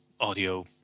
audio